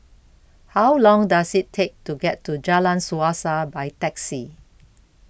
How Long Does IT Take to get to Jalan Suasa By Taxi